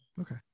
Okay